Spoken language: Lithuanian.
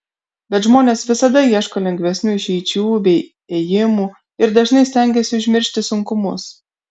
bet žmonės visada ieško lengvesnių išeičių bei ėjimų ir dažnai stengiasi užmiršti sunkumus